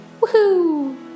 Woohoo